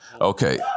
Okay